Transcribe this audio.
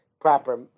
proper